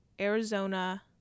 Arizona